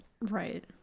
Right